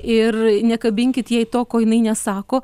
ir nekabinkit jai to ko jinai nesako